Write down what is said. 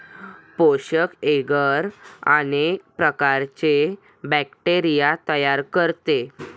पोषक एग्गर अनेक प्रकारचे बॅक्टेरिया तयार करते